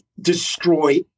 destroy